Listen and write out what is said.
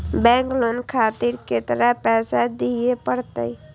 Bank loan खातीर केतना पैसा दीये परतें?